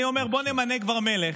אני אומר: בואו נמנה כבר מלך,